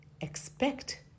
expect